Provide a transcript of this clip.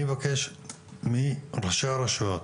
אני מבקש מראשי הרשויות,